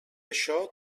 això